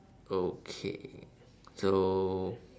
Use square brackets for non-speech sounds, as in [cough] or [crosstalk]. okay [noise] so